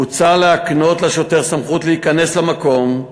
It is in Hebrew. מוצע להקנות לשוטר סמכות להיכנס למקום,